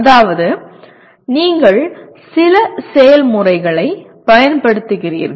அதாவது நீங்கள் சில செயல்முறைகளைப் பயன்படுத்துகிறீர்கள்